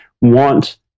want